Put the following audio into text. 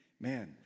man